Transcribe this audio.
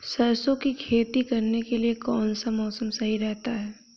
सरसों की खेती करने के लिए कौनसा मौसम सही रहता है?